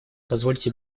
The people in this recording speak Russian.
позвольте